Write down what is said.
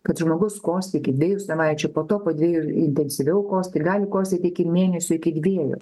kad žmogus kosti iki dviejų savaičių po to po dviejų intensyviau kosti gali kosėt iki mėnesių iki dviejų